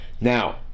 Now